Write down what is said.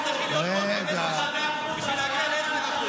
את תצטרכי להיות פה עוד 15 שנה בשביל להגיע ל-10%.